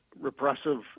repressive